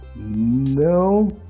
No